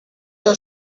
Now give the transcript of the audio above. your